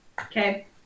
Okay